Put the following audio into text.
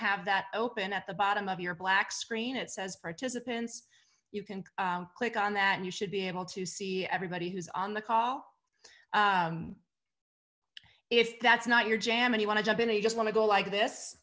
have that open at the bottom of your black screen it says participants you can click on that and you should be able to see everybody who's on the call if that's not your jam and you want to jump in and you just want to go like this